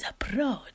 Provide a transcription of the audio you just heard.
approach